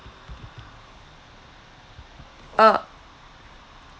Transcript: uh